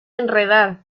enredar